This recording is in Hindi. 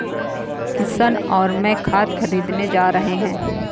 किशन और मैं खाद खरीदने जा रहे हैं